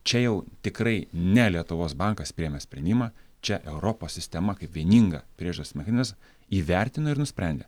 čia jau tikrai ne lietuvos bankas priėmė sprendimą čia europos sistema kaip vieninga priežiūros mechanizmas įvertino ir nusprendė